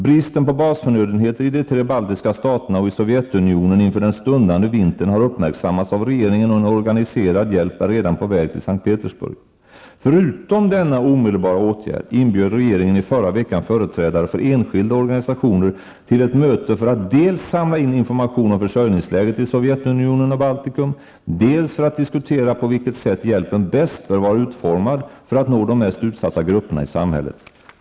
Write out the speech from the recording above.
Bristen på basförnödenheter i de tre baltiska staterna och i Sovjetunionen inför den stundande vintern har uppmärksammats av regeringen, och en organiserad hjälp är redan på väg till S:t Petersburg. Förutom denna omedelbara åtgärd inbjöd regeringen i förra veckan företrädare för enskilda organisationer till ett möte för att dels samla in information om försörjningsläget i Sovjetunionen och Baltikum, dels för att diskutera på vilket sätt hjälpen bäst bör vara utformad för att nå de mest utsatta grupperna i samhället.